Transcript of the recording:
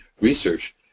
research